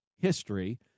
history